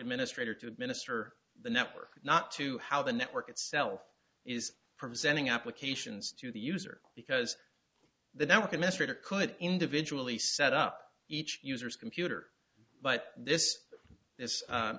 administrator to administer the network not to how the network itself is presenting applications to the user because the network administrator could individually set up each user's computer but this this